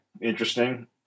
interesting